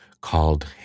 called